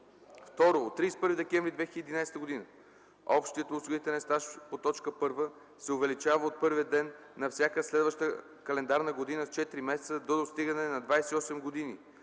2; 2. от 31 декември 2011 г. – общият осигурителен стаж по т. 1 се увеличава от първия ден на всяка следваща календарна година с 4 месеца до достигане на 28 години,